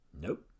Nope